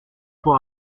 pour